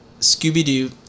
Scooby-Doo